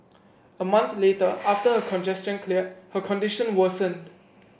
a month later after her congestion cleared her condition worsened